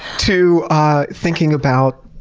to thinking about,